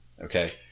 okay